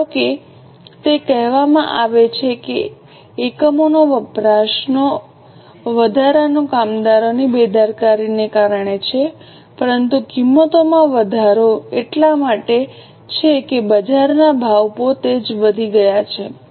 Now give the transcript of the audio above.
ધારો કે તે કહેવામાં આવે છે કે એકમોનો વધારાનો વપરાશ કામદારોની બેદરકારીને કારણે છે પરંતુ કિંમતોમાં વધારો એટલા માટે છે કે બજારના ભાવ પોતે જ વધી ગયા છે